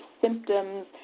symptoms